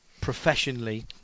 professionally